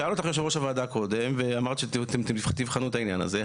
שאל אותך יושב ראש הוועדה קודם ואמרת שתבחנו את העניין הזה,